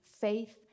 faith